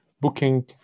booking